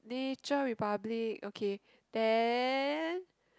Nature Republic okay then